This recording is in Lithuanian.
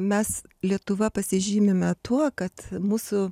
mes lietuva pasižymime tuo kad mūsų